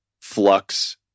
flux